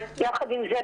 יחד עם זה,